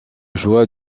choix